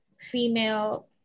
female